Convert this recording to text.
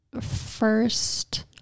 first